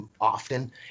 often